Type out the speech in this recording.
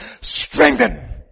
strengthen